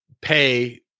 pay